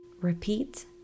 repeat